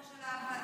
התור של ההמתנה,